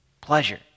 pleasure